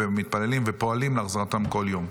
מתפללים ופועלים להחזרתם כל יום,